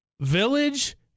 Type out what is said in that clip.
Village